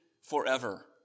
forever